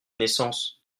naissance